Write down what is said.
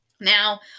Now